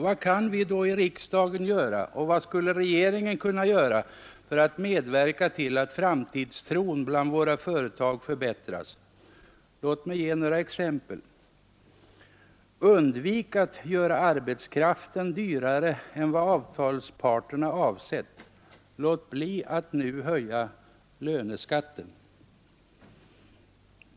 Vad kan vi då i riksdagen göra och vad skulle regeringen kunna göra för att medverka till att framtidstron bland våra företag förbättras? Låt mig ge några exempel: Undvik att göra arbetskraften dyrare än vad avtalsparterna avsett. Låt bli att nu höja löneskatten.